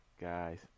guys